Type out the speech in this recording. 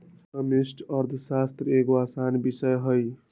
समष्टि अर्थशास्त्र एगो असान विषय हइ